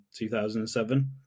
2007